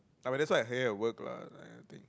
I mean that's what I hear at work lah like that kind of thing